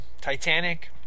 Titanic